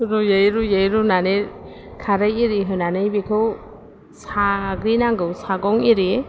रुयै रुयै रुनानै खारै एरि होनानै बेखौ साग्लिनांगौ सागं एरि